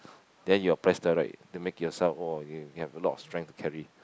then you're press here right to make yourself you have a lot of strength to carry